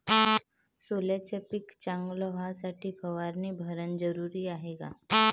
सोल्याचं पिक चांगलं व्हासाठी फवारणी भरनं जरुरी हाये का?